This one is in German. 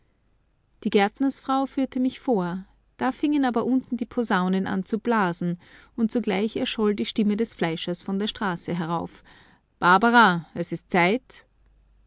die gärtnersfrau führte mich vor da fingen aber unten die posaunen an zu blasen und zugleich erscholl die stimme des fleischers von der straße herauf barbara es ist zeit